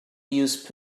use